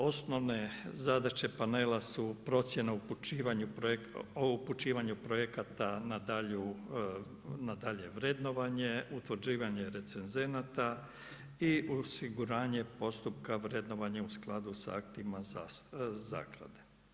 Osnovne zadaće panela su procjena o upućivanju projekata na dalje vrednovanje, utvrđivanje recenzenata i osiguranje postupka vrednovanja u skladu sa aktima zaklade.